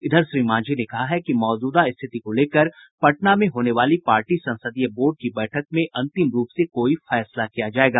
इधर श्री मांझी ने कहा है कि मौजूदा रि्थति को लेकर पटना में होने वाली पार्टी संसदीय बोर्ड की बैठक में अंतिम रूप से कोई फैसला किया जायेगा